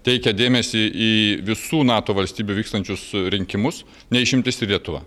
teikia dėmesį į visų nato valstybių vykstančius rinkimus ne išimtis ir lietuva